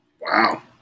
Wow